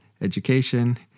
education